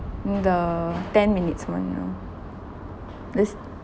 mm the ten minutes one you know this